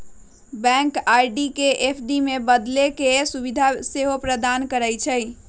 bank RD के FD में बदले के सुभीधा सेहो प्रदान करइ छइ